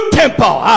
temple